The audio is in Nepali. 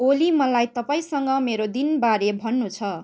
ओली मलाई तपाईँसँग मेरो दिनबारे भन्नु छ